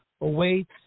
awaits